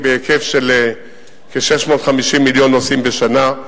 בהיקף של כ-650 מיליון נוסעים בשנה,